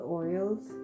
oils